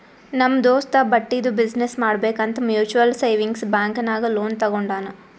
ನಮ್ ದೋಸ್ತ ಬಟ್ಟಿದು ಬಿಸಿನ್ನೆಸ್ ಮಾಡ್ಬೇಕ್ ಅಂತ್ ಮ್ಯುಚುವಲ್ ಸೇವಿಂಗ್ಸ್ ಬ್ಯಾಂಕ್ ನಾಗ್ ಲೋನ್ ತಗೊಂಡಾನ್